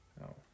No